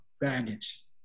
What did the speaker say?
baggage